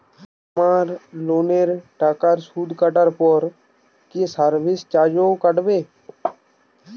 আমার লোনের টাকার সুদ কাটারপর কি সার্ভিস চার্জও কাটবে?